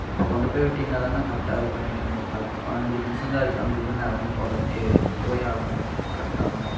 இப்போ கொண்டு போய் விட்டிங்கனாதாண்ணா கரெக்டாக இருக்கும் எனக்கு இன்னோரு பத்து பதினைஞ்சு நிமிடம் தான் இருக்குது அங்கேருந்து நடந்து போகிறதுக்கே நான் போயாகணும் கரெக்டாக ஆமாம்